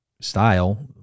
style